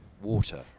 Water